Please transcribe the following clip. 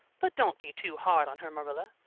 but don't be too hard on her, marilla.